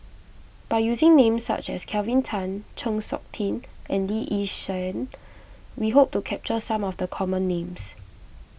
by using names such as Kelvin Tan Chng Seok Tin and Lee Yi Shyan we hope to capture some of the common names